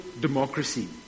democracy